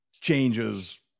changes